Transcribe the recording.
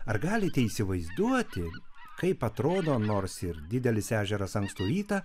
ar galite įsivaizduoti kaip atrodo nors ir didelis ežeras ankstų rytą